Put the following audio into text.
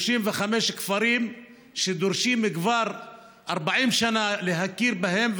35 כפרים דורשים כבר 40 שנה להכיר בהם,